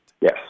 Yes